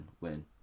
win